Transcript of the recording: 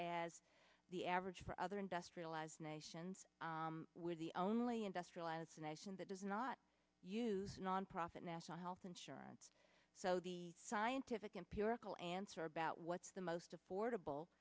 as the average for other industrialized nations with the only industrialized nation that does not use nonprofit national health insurance so the scientific empirical answer about what's the most affordable